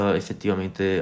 effettivamente